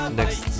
next